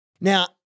Now